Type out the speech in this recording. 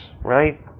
right